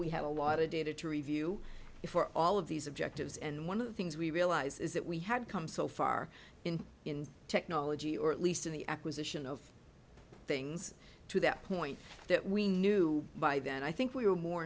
we had a lot of data to review it for all of these objectives and one of the things we realize is that we had come so far in technology or at least in the acquisition of things to that point that we knew by then i think we were more